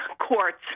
courts